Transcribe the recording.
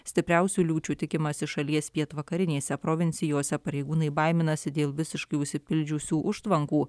stipriausių liūčių tikimasi šalies pietvakarinėse provincijose pareigūnai baiminasi dėl visiškai užsipildžiusių užtvankų